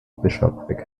bishopric